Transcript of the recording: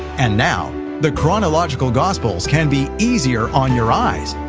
and now the chronological gospels can be easier on your eyes.